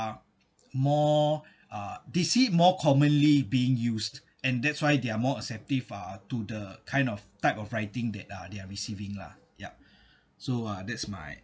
are more uh they see more commonly being used and that's why they're more acceptive ah to the kind of type of writing that uh they are receiving lah yup so uh that's my